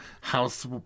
house